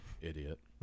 idiot